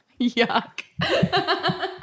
Yuck